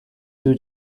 two